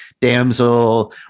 damsel